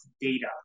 data